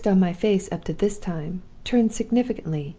fixed on my face up to this time, turned significantly,